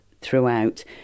throughout